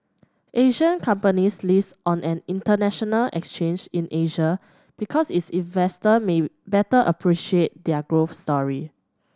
Asian companies list on an international exchange in Asia because its investor may better appreciate their growth story